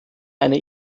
eine